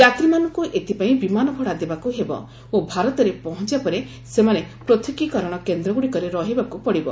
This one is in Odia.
ଯାତ୍ରୀମାନଙ୍କୁ ଏଥିପାଇଁ ବିମାନ ଭଡ଼ା ଦେବାକୁ ହେବ ଓ ଭାରତରେ ପହଞ୍ ପରେ ସେମାନେ ପୃଥକୀକରଣ କେନ୍ଦ୍ର ଗୁଡ଼ିକରେ ରହିବାକୁ ପଡିବ